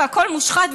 והכול מושחת,